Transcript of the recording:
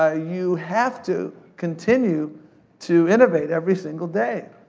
ah you have to continue to innovate, every single day.